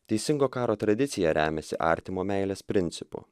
teisingo karo tradicija remiasi artimo meilės principu